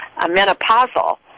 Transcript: menopausal